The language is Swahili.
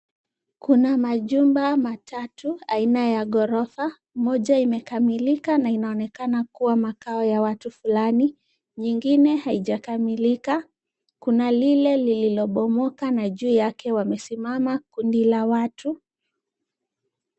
Kuna majumba matatu aina ya ghorofa, moja limekamilika na linaonekana kuwa makao ya watu fulani, nyingine haijakamilika, kuna lile lililobomoka na juu yake wamesimama kundi la watu.